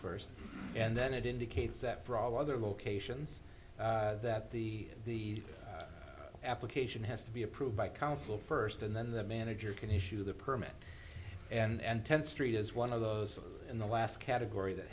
first and then it indicates that for all other locations that the application has to be approved by council first and then the manager can issue the permit and tenth street is one of those in the last category that